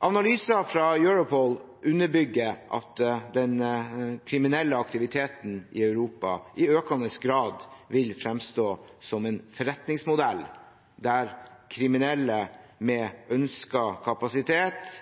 Analyser fra Europol underbygger at den kriminelle aktiviteten i Europa i økende grad vil fremstå som en forretningsmodell, der kriminelle med ønsket kapasitet